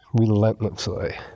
relentlessly